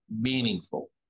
meaningful